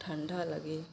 ठंडा लगे